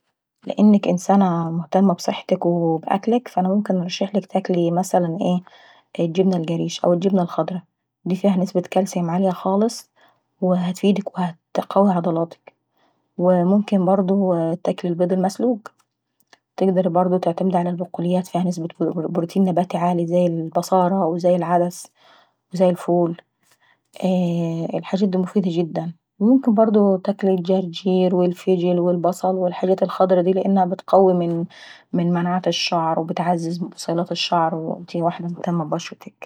بم انك انسان مهتمة بصحتك وأكلك فانا منكن نرشحلك تاكلي مثلا ايه الجبنة الجريش او الجبنة الخضرا دي فيها نسبة كالسوم عالية خالص وهتفيدكفي تكوين عضلاتك. وو منكن برضو تاكلي البيض المسلوق، تجردي برضو تعتمدي ع البقوليات فيها نسبة بروتين عالية زي الباصارة والعدس وزي الفول. يييه الحاجات مفيدة جدا، وممكن برضو تاكلي الجرجير والفيجيل والبصل والحاجات الخضرا داي لانها بتعزز من بوصيلات الشعر وانتاي واحدة مهتمة ابشرتك.